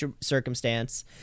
circumstance